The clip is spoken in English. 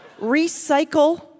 Recycle